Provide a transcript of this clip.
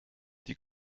die